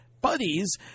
buddies